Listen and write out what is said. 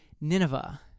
Nineveh